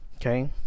Okay